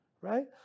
right